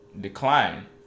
decline